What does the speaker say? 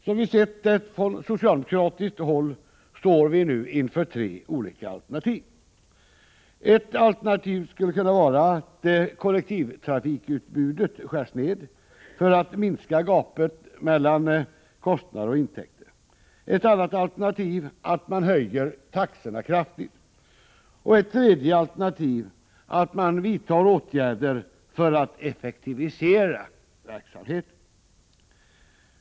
Som vi sett från socialdemokratiskt håll står vi nu inför tre olika alternativ. Ett alternativ skulle kunna vara att kollektivtrafikutbudet skärs ned för att man skall minska gapet mellan kostnader och intäkter. Ett annat alternativ är att man höjer taxorna kraftigt. Ett tredje är att man vidtar åtgärder för att effektivisera verksamheten.